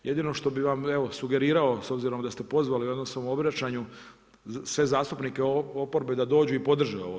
Jedino što bi vam evo sugerirao s obzirom da ste pozvali u svom obraćanju sve zastupnike oporbe da dođu i podrže ovo.